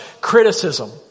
criticism